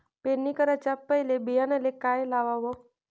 पेरणी कराच्या पयले बियान्याले का लावाव?